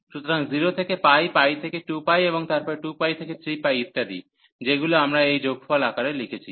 সুতরাং 0 থেকে π π থেকে 2π এবং তারপরে 2π থেকে 3π ইত্যাদি যেগুলো আমরা এই যোগফল আকারে লিখেছি